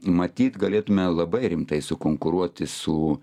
matyt galėtume labai rimtai sukonkuruoti su